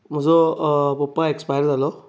म्हजो पप्पा एक्सपायर जालो